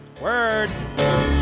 Word